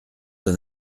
d’un